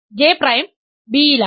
J prime B യിലാണ്